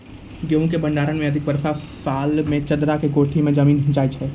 गेहूँ के भंडारण मे अधिक वर्षा वाला साल मे चदरा के कोठी मे जमीन जाय छैय?